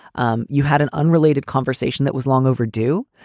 um you had an unrelated conversation that was long overdue.